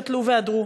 שתלו ועדרו.